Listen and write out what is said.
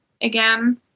again